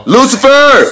Lucifer